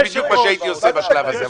זה בדיוק מה שהייתי עושה בשלב הזה.